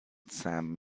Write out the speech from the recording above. sam